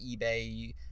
eBay